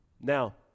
Now